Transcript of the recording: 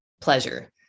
pleasure